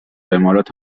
امارات